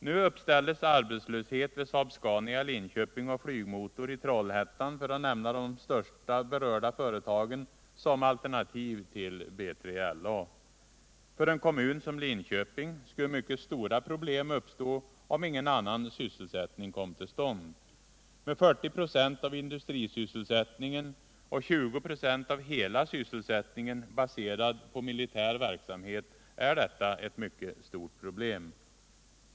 Nu uppställs arbetslöshet vid Saab-Scania AB i Linköping och Flygmotor i Trollhättan, för att nämna de största berörda företagen, som alternativ till BILA. För en kommun som Linköping skulle mycket stora problem uppstå, om ingen annan sysselsättning kom till stånd. Med 40 96 av industsrisysselsättningen och 20 96 av hela sysselsättningen baserad på militär verksamhet är detta ett mycket stort problem.